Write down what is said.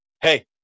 Hey